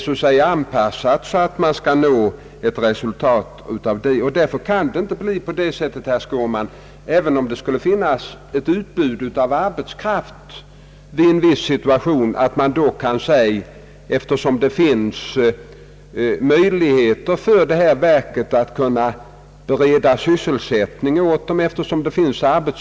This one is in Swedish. Därför kan man inte, herr Skårman, utan vidare låta personalorganisationen svälla, även om det skulle finnas ett utbud av arbetskraft i en viss situation och även om ett visst ämbetsverk skulle ha arbetsuppgifter och kunna bereda sysselsättning åt ytterligare personal.